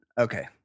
Okay